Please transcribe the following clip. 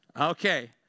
Okay